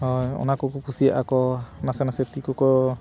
ᱦᱳᱭ ᱚᱱᱟ ᱠᱚᱠᱚ ᱠᱩᱥᱤᱭᱟᱜ ᱟᱠᱚ ᱱᱟᱥᱮ ᱱᱟᱥᱮ ᱛᱤ ᱠᱚ ᱠᱚ